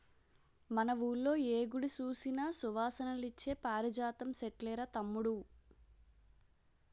మన వూళ్ళో ఏ గుడి సూసినా సువాసనలిచ్చే పారిజాతం సెట్లేరా తమ్ముడూ